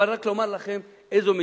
אבל רק לומר לכם איזו מציאות.